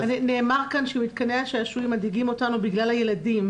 נאמר כאן שמתקני השעשועים מדאיגים אותנו בגלל הילדים.